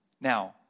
Now